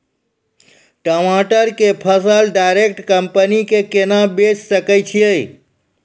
टमाटर के फसल डायरेक्ट कंपनी के केना बेचे सकय छियै?